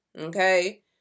Okay